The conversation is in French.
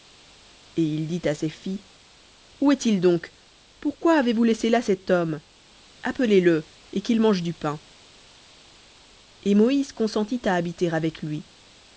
et il dit à ses filles où est-il donc pourquoi avez-vous laissé là cet homme appelez-le et qu'il mange du pain et moïse consentit à habiter avec lui